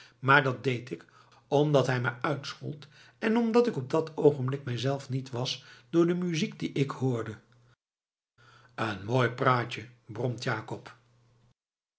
maar dat deed ik omdat hij me uitschold en omdat ik op dat oogenblik mijzelf niet was door de muziek die ik hoorde een mooi praatje bromt jakob